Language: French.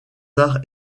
arts